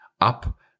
up